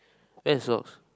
where is socks